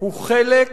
הוא חלק